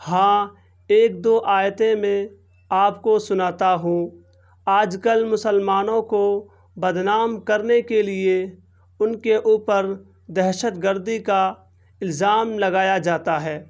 ہاں ایک دو آیتیں میں آپ کو سناتا ہوں آج کل مسلمانوں کو بدنام کرنے کے لیے ان کے اوپر دہشت گردی کا الزام لگایا جاتا ہے